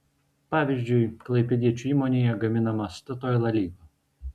pavyzdžiui klaipėdiečių įmonėje gaminama statoil alyva